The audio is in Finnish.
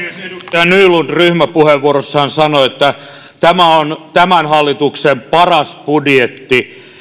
nylund ryhmäpuheenvuorossaan sanoi että tämä on tämän hallituksen paras budjetti